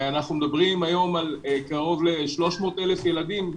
אנחנו מדברים היום על קרוב ל-300,000 ילדים,